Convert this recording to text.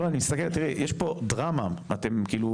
לא, אני מסתכל, תראי, יש פה דרמה, אתם כאילו,